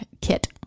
Kit